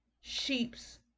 sheep's